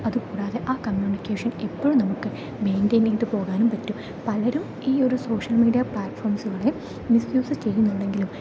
അതുകൂടാതെ ആ കമ്മ്യൂണിക്കേഷൻ എപ്പോഴും നമുക്ക് മെയിന്റൈൻ ചെയ്തു പോകാനും പറ്റും പലരും ഈ ഒരു സോഷ്യൽ മീഡിയ പ്ലാറ്റ്ഫോംസുകളെ മിസ്യൂസ് ചെയ്യുന്നുണ്ടെങ്കിലും